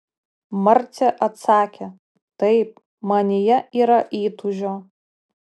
marcė atsakė taip manyje yra įtūžio